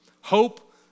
Hope